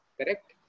correct